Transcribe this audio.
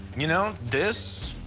you know, this